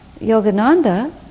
Yogananda